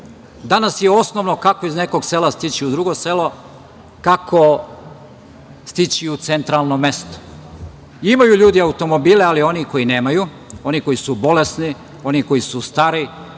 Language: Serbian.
Danas je osnovno kako iz nekog sela stići u drugo selo, kako stići u centralno mesto. Imaju ljudi automobile, ali oni koji nemaju, oni koji su bolesni, oni koji su stari,